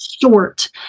short